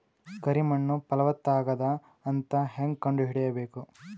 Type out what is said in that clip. ಕರಿ ಮಣ್ಣು ಫಲವತ್ತಾಗದ ಅಂತ ಹೇಂಗ ಕಂಡುಹಿಡಿಬೇಕು?